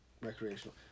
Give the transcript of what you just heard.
recreational